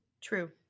True